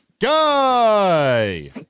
Guy